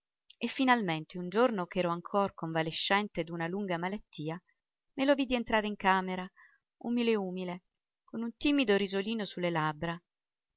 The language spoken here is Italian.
e finalmente un giorno ch'ero ancor convalescente d'una lunga malattia me lo vidi entrare in camera umile umile con un timido risolino su le labbra